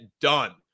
done